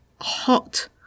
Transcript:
hot